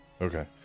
Okay